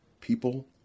people